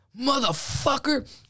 motherfucker